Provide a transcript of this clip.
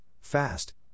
fast